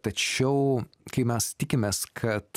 tačiau kai mes tikimės kad